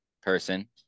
person